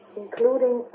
including